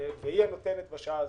היא הנותנת בשעה הזאת,